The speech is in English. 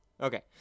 Okay